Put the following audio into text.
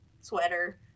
sweater